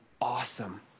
awesome